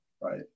right